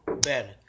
better